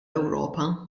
ewropa